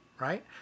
right